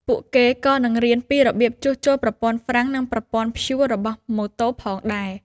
ពួកគេក៏នឹងរៀនពីរបៀបជួសជុលប្រព័ន្ធហ្វ្រាំងនិងប្រព័ន្ធព្យួររបស់ម៉ូតូផងដែរ។